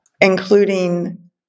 including